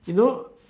you know